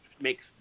makes